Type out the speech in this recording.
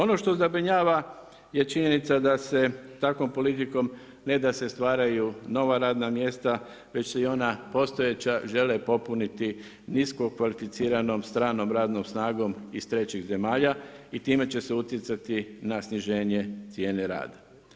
Ono što zabrinjava, je činjenica da se takvom politikom, ne da se stvaraju nova radna mjesta, već se i ona postojeća žele popuniti nisko kvalificiranom stranom radnom snagom iz trećih zemalja i time će se utjecati na sniženje cijene rada.